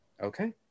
Okay